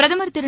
பிரதமர் திரு